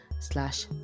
slash